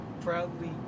proudly